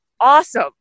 awesome